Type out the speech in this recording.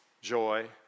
joy